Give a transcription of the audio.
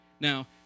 Now